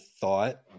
thought